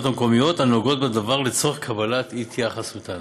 המקומיות הנוגעות בדבר לצורך קבלת התייחסותן.